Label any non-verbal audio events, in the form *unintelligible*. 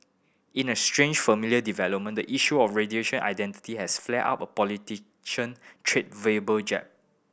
in a strange familiar development the issue of *unintelligible* identity has flared up *unintelligible* politician traded verbal jab